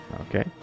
Okay